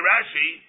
Rashi